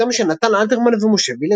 פרי עטם של נתן אלתרמן ומשה וילנסקי.